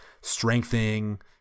strengthening